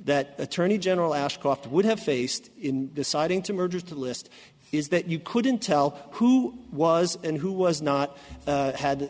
that attorney general ashcroft would have faced in deciding to murder the list is that you couldn't tell who was and who was not